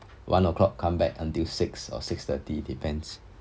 one o'clock come back until six or six thirty depends